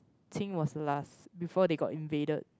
Qing was last before they got invaded